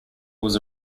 was